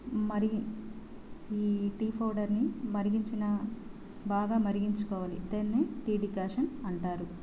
మరి ఈ టీ పౌడర్ని మరిగించిన బాగా మరిగించుకోవాలి దాన్ని టీ డికాషన్ అంటారు